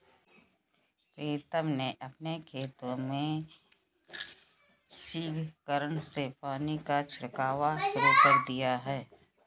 प्रीतम ने अपने खेत में स्प्रिंकलर से पानी का छिड़काव शुरू कर दिया है